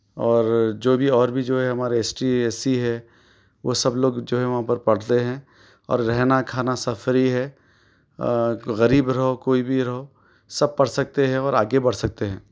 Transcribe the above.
اورر جو بھی اور بھی جو ہے ہمارے ایس ٹی ایس سی ہے وہ سب لوگ جو ہے وہاں پر پڑھتے ہیں اور رہنا کھانا سب فری ہے غریب رہو کوئی بھی رہو سب پڑھ سکتے ہے اور آگے بڑھ سکتے ہیں